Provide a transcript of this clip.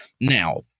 Now